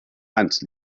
ants